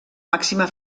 màxima